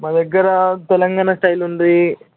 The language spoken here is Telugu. మా దగ్గర తెలంగాణ స్టైల్ ఉంది